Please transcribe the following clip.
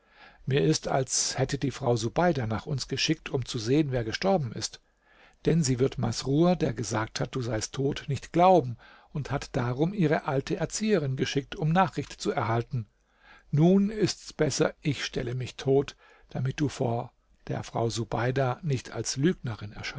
mir ist als hätte die frau subeida nach uns geschickt um zu sehen wer gestorben ist denn sie wird masrur der gesagt hat du seist tot nicht glauben und hat darum ihre alte erzieherin geschickt um nachricht zu erhalten nun ist's besser ich stelle mich tot damit du vor der frau subeida nicht als lügnerin